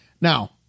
now